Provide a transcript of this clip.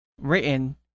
Written